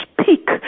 speak